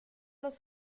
los